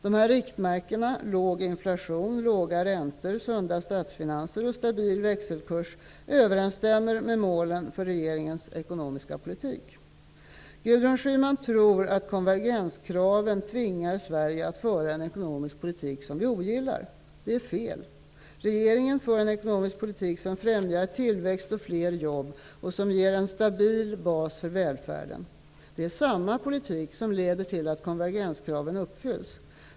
Dessa riktmärken -- låg inflation, låga räntor, sunda statsfinanser och stabil växelkurs -- överensstämmer med målen för regeringens ekonomiska politik. Gudrun Schyman tror att konvergenskraven tvingar Sverige att föra en ekonomisk politik som vi ogillar. Det är fel. Regeringen för en ekonomisk politik som främjar tillväxt och fler jobb samt ger en stabil bas för välfärden. Det är samma politik som leder till att konvergenskraven uppfylls.